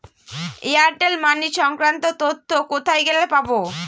Airtel money সংক্রান্ত তথ্য কোথায় গেলে পাব?